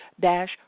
dash